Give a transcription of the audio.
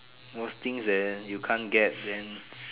worse thing is that you can't get then